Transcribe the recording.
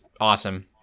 awesome